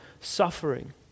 suffering